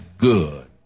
good